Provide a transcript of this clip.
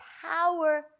power